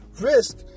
risk